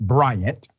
Bryant